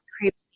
creepy